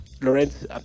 Lorenz